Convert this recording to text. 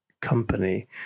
company